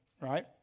right